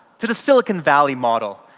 to the silicon valley model,